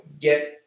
get